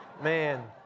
Man